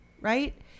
right